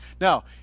Now